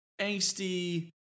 angsty